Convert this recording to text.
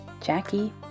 Jackie